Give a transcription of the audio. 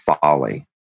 folly